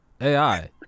AI